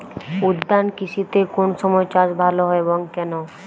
উদ্যান কৃষিতে কোন সময় চাষ ভালো হয় এবং কেনো?